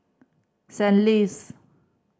St Ives